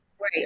Right